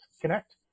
connect